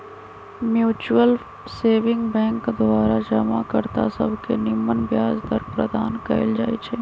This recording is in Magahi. म्यूच्यूअल सेविंग बैंक द्वारा जमा कर्ता सभके निम्मन ब्याज दर प्रदान कएल जाइ छइ